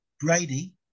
Brady